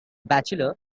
bachelor